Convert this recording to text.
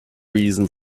reason